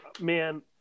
man